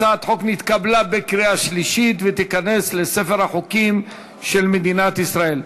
הצעת החוק נתקבלה בקריאה שלישית ותיכנס לספר החוקים של מדינת ישראל.